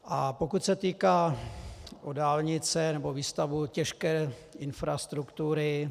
A pokud se týká dálnic nebo výstavby těžké infrastruktury.